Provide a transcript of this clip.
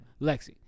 Lexi